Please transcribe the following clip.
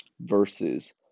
versus